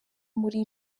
muri